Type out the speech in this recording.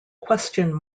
question